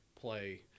play